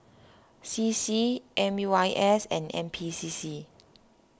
C C M U I S and N P C C